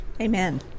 Amen